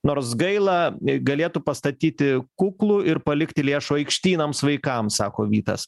nors gaila galėtų pastatyti kuklų ir palikti lėšų aikštynams vaikams sako vytas